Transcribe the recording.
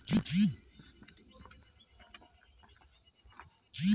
Bank এ কত রকমের ঋণ বা লোন হয়ে থাকে?